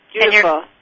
beautiful